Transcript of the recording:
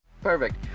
Perfect